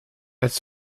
elles